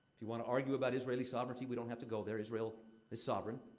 if you want to argue about israeli sovereignty, we don't have to go there. israel is sovereign.